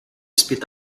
spit